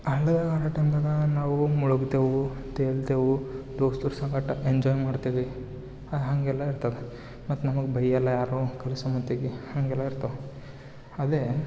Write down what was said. ಹಳ್ದಾಗೆ ಆಡೊ ಟೈಮ್ದಾಗೆ ನಾವು ಮುಳುಗ್ತೇವು ತೇಲ್ತೆವು ಎಂಜಾಯ್ ಮಾಡ್ತೀವಿ ಹಂಗೆಲ್ಲ ಇರ್ತದೆ ಮತ್ತು ನಮ್ಗೆ ಬೈಯೋಲ್ಲ ಯಾರು ಕಲಿಸೋ ಮಂದಿಗೆ ಹಂಗೆಲ್ಲ ಇರ್ತವೆ ಅದೆ